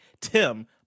tim